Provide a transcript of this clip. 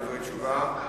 דברי תשובה.